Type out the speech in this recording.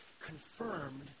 confirmed